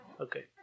Okay